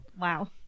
Wow